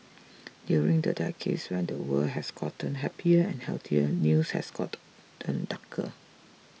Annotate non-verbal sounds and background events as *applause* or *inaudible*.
*noise* during the decades when the world has gotten happier and healthier news has got ten darker